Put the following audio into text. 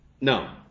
No